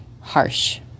harsh